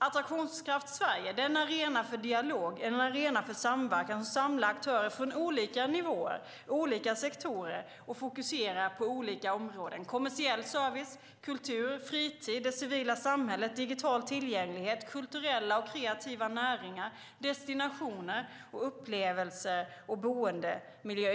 Attraktionskraft Sverige är en arena för dialog. Det är en arena för samverkan som samlar aktörer från olika nivåer och olika sektorer och fokuserar på olika områden. Det är kommersiell service, kultur, fritid, det civila samhället, digital tillgänglighet, kulturella och kreativa näringar, destinationer, upplevelser och boendemiljö.